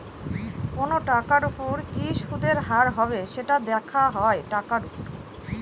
কোনো টাকার উপর কি সুদের হার হবে, সেটা দেখা হয় টাকার উপর